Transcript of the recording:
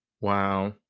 wow